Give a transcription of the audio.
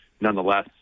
nonetheless